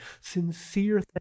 sincere